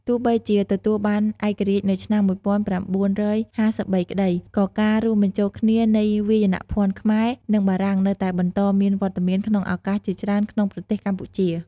ទោះបីជាទទួលបានឯករាជ្យនៅឆ្នាំ ១៩៥៣ក្ដី ក៏ការរួមបញ្ចូលគ្នានៃវាយនភ័ណ្ឌខ្មែរ និងបារាំងនៅតែបន្តមានវត្តមានក្នុងឱកាសជាច្រើនក្នុងប្រទេសកម្ពុជា។